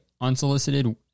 unsolicited